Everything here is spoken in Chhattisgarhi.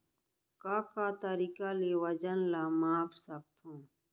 का का तरीक़ा ले वजन ला माप सकथो?